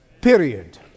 Period